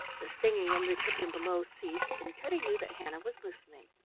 the singing in the kitchen below ceased, and teddy knew that hannah was listening.